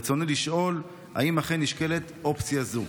ברצוני לשאול: האם אכן נשקלת אופציה זו?